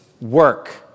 work